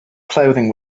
clothing